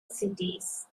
cities